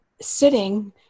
sitting